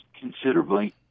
considerably